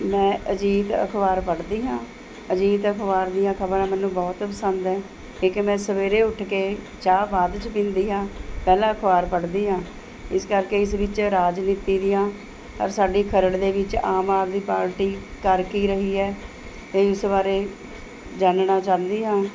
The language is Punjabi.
ਮੈਂ ਅਜੀਤ ਅਖਬਾਰ ਪੜ੍ਹਦੀ ਹਾਂ ਅਜੀਤ ਅਖਬਾਰ ਦੀਆਂ ਖਬਰਾਂ ਮੈਨੂੰ ਬਹੁਤ ਪਸੰਦ ਹੈ ਠੀਕ ਹੈ ਮੈਂ ਸਵੇਰੇ ਉੱਠ ਕੇ ਚਾਹ ਬਾਅਦ 'ਚ ਪੀਂਦੀ ਹਾਂ ਪਹਿਲਾਂ ਅਖਬਾਰ ਪੜ੍ਹਦੀ ਹਾਂ ਇਸ ਕਰਕੇ ਇਸ ਵਿੱਚ ਰਾਜਨੀਤੀ ਦੀਆਂ ਔਰ ਸਾਡੀ ਖਰੜ ਦੇ ਵਿੱਚ ਆਮ ਆਦਮੀ ਪਾਰਟੀ ਕਰ ਕੀ ਰਹੀ ਹੈ ਅਤੇ ਇਸ ਬਾਰੇ ਜਾਣਨਾ ਚਾਹੁੰਦੀ ਹਾਂ